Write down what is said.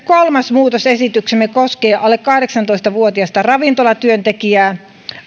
kolmas muutosesityksemme koskee alle kahdeksantoista vuotiasta ravintolatyöntekijää